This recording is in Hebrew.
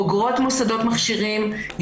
בוגרות מוסדות מכשירים,